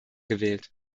gewählt